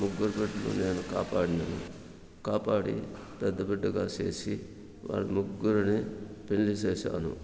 ముగ్గురు బిడ్డలు నేను కాపాడినాను కాపాడి పెద్ద బిడ్డగా చేసి వాళ్ళ ముగ్గురిని పెళ్లి చేశాను